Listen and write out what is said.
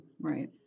Right